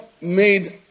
made